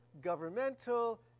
governmental